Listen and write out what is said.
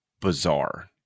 bizarre